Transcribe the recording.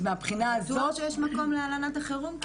אז מהבחינה הזאת --- בטוח שיש מקום להלנת החירום?